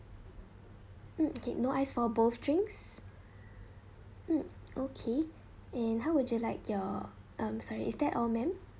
mm okay no ice for both drinks mm okay and how would you like your um sorry is that all ma'am